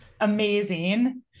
amazing